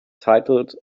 titled